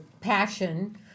passion